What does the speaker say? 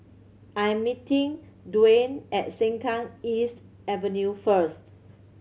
I am meeting Duane at Sengkang East Avenue first